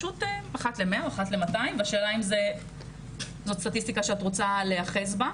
אחת ל-100 או 200 אבל השאלה אם זאת סטטיסטיקה שאת רוצה להיאחז בה.